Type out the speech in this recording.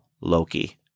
Loki